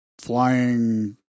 flying